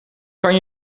kan